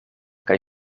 kaj